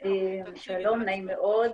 שלום, נעים מאוד.